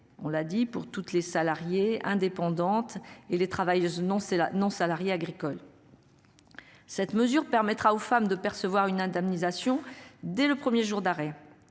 On l'a dit, pour toutes les salariés indépendante et les travailleuses. Non c'est la non-salariés agricoles. Cette mesure permettra aux femmes de percevoir une indemnisation dès le 1er jour d'arrêt.